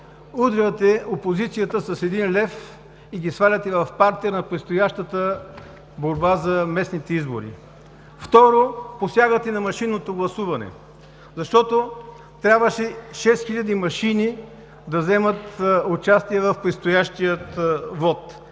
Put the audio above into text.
удряте опозицията с един лев и ги сваляте в партер на предстоящата борба за местните избори. Второ, посягате на машинното гласуване, защото трябваше шест хиляди машини да вземат участие в предстоящия вот